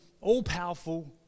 all-powerful